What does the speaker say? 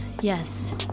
yes